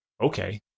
okay